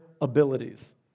abilities